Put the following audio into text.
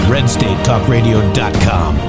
RedStateTalkRadio.com